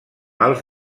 els